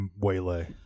waylay